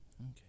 Okay